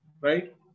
Right